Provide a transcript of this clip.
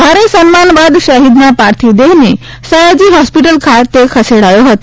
ભારે સન્માન બાદ શહીદના પાર્થિવ દેહને સયાજી હોસ્પિટલ ખાતે ખસેડાયો હતો